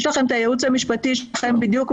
יש לכם את הייעוץ המשפטי שלכם והוא